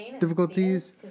difficulties